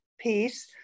piece